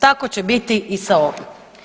Tako će biti i sa ovim.